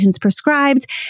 prescribed